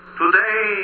today